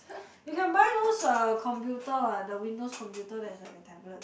you can buy those uh computer what the windows computer that's like a tablet